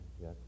yes